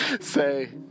say